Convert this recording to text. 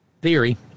...theory